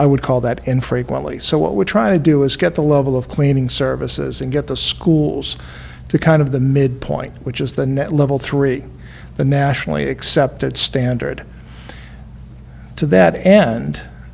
i would call that infrequently so what we're trying to do is get the level of cleaning services and get the schools to kind of the midpoint which is the net level three the nationally accepted standard to that end